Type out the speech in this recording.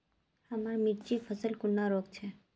हमार मिर्चन फसल कुंडा रोग छै?